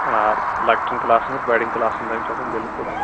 آ لۄکٕٹیٚن کٕلاسن ہٕنٛز بَڈیٚن کٕلاسن ہٕنٛز چھےٚ آسان بِلکُل